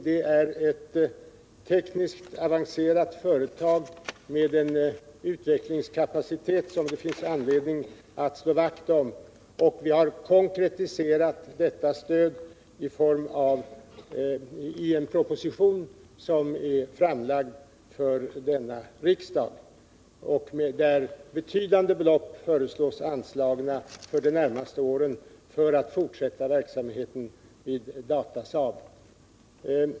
Datasaab är nämligen ett tekniskt avancerat företag med en utvecklingskapacitet som det finns anledning att slå vakt om. Vi har konkretiserat detta stöd i en proposition som är framlagd för denna riksdag och i vilken betydande belopp föreslås anslagna för de närmaste åren för den fortsatta verksamheten vid Datasaab.